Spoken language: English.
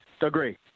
agree